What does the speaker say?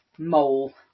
Mole